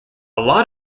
lot